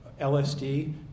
LSD